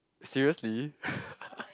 seriously